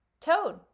Toad